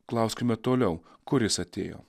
klauskime toliau kur jis atėjo